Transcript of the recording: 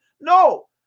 No